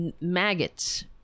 maggots